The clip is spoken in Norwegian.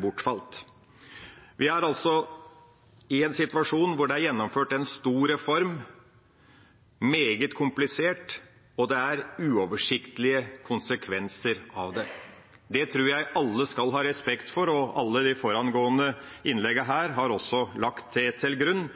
bortfalt. Vi er altså i en situasjon hvor det er gjennomført en stor og meget komplisert reform, og det er uoversiktlige konsekvenser av den. Det tror jeg alle skal ha respekt for, og alle de forutgående innleggene har også lagt det til grunn.